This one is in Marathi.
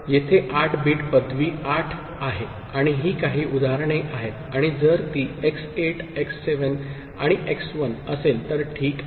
येथे 8 बिट पदवी 8 आहे आणि ही काही उदाहरणे आहेत आणि जर ती x8 x7 आणि x1 असेल तर ठीक आहे